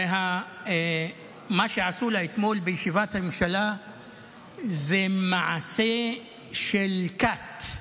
ומה שעשו לה אתמול בישיבת הממשלה זה מעשה של כת.